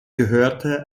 gehörte